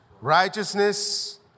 righteousness